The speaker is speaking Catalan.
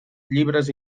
llibres